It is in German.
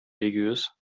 religiös